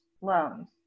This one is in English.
loans